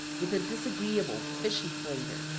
with a disagreeable, fishy flavor.